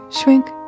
shrink